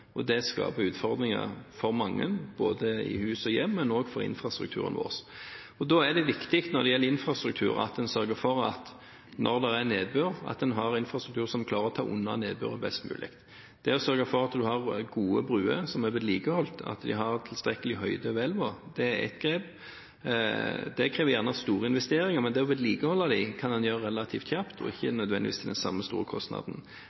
og det skaper utfordringer for mange, ikke bare i hus og hjem, men også for infrastrukturen vår. Da er det viktig at en sørger for at en har infrastruktur som klarer å ta unna nedbør best mulig. Det å sørge for at en har gode bruer som er vedlikeholdt, og at de har tilstrekkelig høyde over elven, er ett grep. Det krever gjerne store investeringer, men det å vedlikeholde dem kan en gjøre relativt kjapt, og ikke nødvendigvis til den samme store kostnaden.